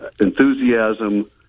enthusiasm